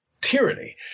tyranny